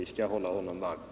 Vi skall hålla honom varm.